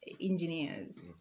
engineers